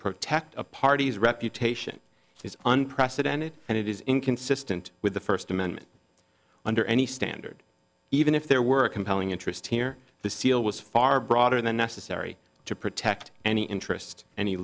protect a party's reputation is unprecedented and it is inconsistent with the first amendment under any standard even if there were a compelling interest here the seal was far broader than necessary to protect any interest any